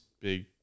big